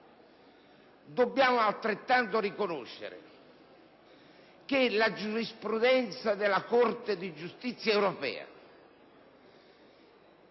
Dobbiamo altrettanto riconoscere che la giurisprudenza della Corte di giustizia europea